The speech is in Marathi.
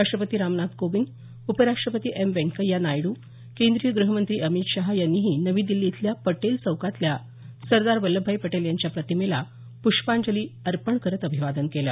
राष्ट्रपती रामनाथ कोविंद उपराष्ट्रपती एम व्यंकय्या नायडू केंद्रीय ग्रहमंत्री अमित शाह यांनीही नवी दिल्ली इथल्या पटेल चौकातल्या सरदार वल्लभभाई पटेल यांच्या प्रतिमेला प्रष्पांजली अर्पण करत अभिवादन केलं